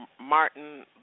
Martin